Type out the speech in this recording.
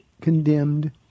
condemned